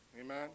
amen